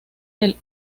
del